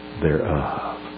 thereof